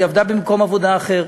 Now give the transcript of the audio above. היא עבדה במקום עבודה אחר,